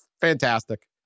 Fantastic